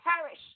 perish